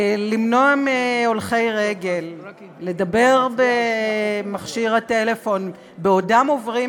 למנוע מהולכי רגל לדבר במכשיר הטלפון בעודם עוברים